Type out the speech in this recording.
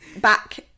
back